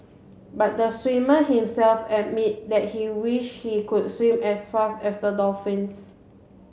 but the swimmer himself admit that he wish he could swim as fast as the dolphins